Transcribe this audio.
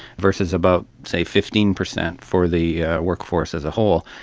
versus about, say, fifteen percent for the workforce as a whole.